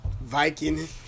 Viking